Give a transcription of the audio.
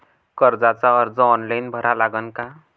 कर्जाचा अर्ज ऑनलाईन भरा लागन का?